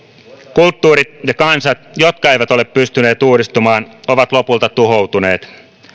kulttuurit ja kansat jotka eivät ole pystyneet uudistumaan ovat lopulta tuhoutuneet